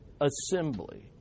assembly